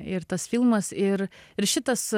ir tas filmas ir ir šitas